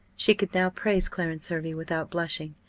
she could now praise clarence hervey without blushing,